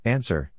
Answer